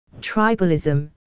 tribalism